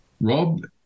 Rob